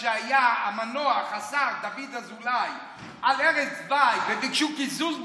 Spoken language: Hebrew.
כשהיה המנוח השר דוד אזולאי על ערש דווי וביקשו קיזוז בשבילו,